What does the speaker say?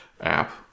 app